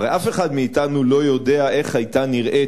הרי אף אחד מאתנו לא יודע איך היתה נראית